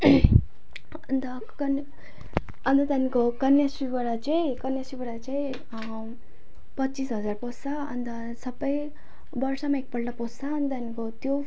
अन्त कन् अन्त त्यहाँदेखिको कन्याश्रीबाट चाहिँ कन्याश्रीबाट चाहिँ पच्चिस हजार पस्छ अन्त सबै वर्षमा एकपल्ट पस्छ अनि त्यहाँदेखिको त्यो